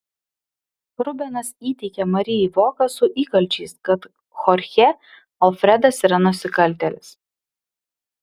rubenas įteikia marijai voką su įkalčiais kad chorchė alfredas yra nusikaltėlis